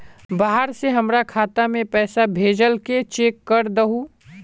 बाहर से हमरा खाता में पैसा भेजलके चेक कर दहु?